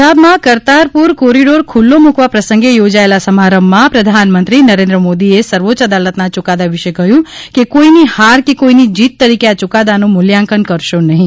પંજાબમાં કરતારપુર કોરિડોર ખૂલ્લો મૂકવા પ્રસંગે યોજાયેલા સમારંભમાં પ્રધાનમંત્રી નરેન્દ્ર મોદીએ સર્વોચ્ય અદાલતના યૂકાદા વિશે કહ્યું છે કે કોઈની હાર કે કોઈની જીત તરીકે આ યૂકાદાનું મૂલ્યાંકન કરશો નહીં